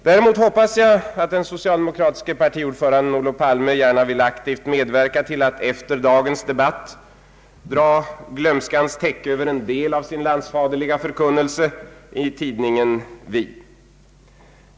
Däremot hoppas jag att den socialdemokratiske partiordföranden Olof Palme gärna vill aktivt medverka till att efter dagens debatt dra glömskans täcke över en del av sin landsfaderliga förkunnelse i tidningen Vi.